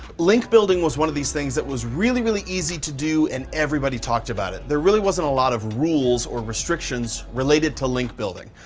link building was one of these things that was really, really easy to do, and everybody talked about it. there really wasn't a lot of rules or restrictions related to link building.